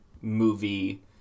movie